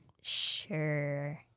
sure